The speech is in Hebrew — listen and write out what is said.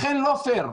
לכן לא פייר.